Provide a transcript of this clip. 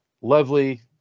Lovely